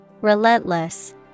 Relentless